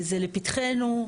זה לפתחנו,